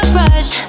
rush